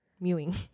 mewing